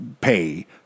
pay